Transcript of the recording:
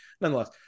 nonetheless